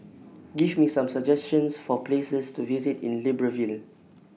Give Me Some suggestions For Places to visit in Libreville